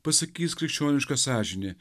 pasakys krikščioniška sąžinė